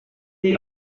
they